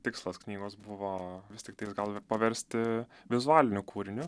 tikslas knygos buvo vis tiktai gal paversti vizualiniu kūriniu